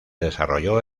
desarrolló